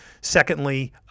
Secondly